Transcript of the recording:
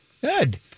Good